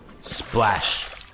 Splash